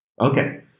Okay